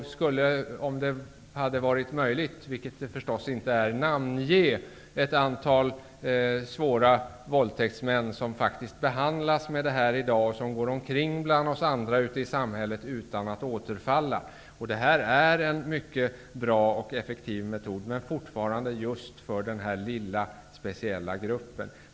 Jag skulle om det hade varit möjligt, vilket det förstås inte är, kunna namnge ett antal svåra våldtäktsmän som i dag behandlas med dessa medel och som går omkring bland oss andra i samhället utan att återfalla. Detta är en mycket bra och effektiv metod för denna lilla speciella grupp.